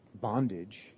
bondage